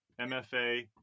MFA